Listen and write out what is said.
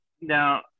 now